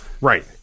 Right